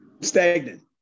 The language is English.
Stagnant